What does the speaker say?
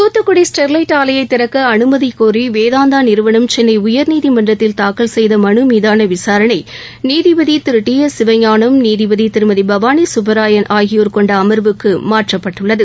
Thoothukudi Sterlite ஆலையை திறக்க அனுமதி கோரி வேதாந்தா நிறுவனம் சென்னை உயர்நீதிமன்றத்தில் தாக்கல் செய்த மனு மீதான விசாரணை நீதிபதி திரு டி எஸ் சிவஞானம் நீதிபதி திருமதி பவானி சுப்பராயன் ஆகியோர் கொண்ட அமர்வுக்கு மாற்றப்பட்டுள்ளது